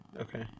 Okay